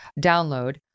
download